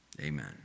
amen